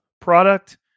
product